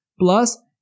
Plus